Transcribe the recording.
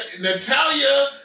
Natalia